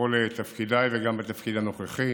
בכל תפקידיי וגם בתפקיד הנוכחי.